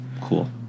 Cool